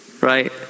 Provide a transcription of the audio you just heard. right